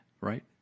right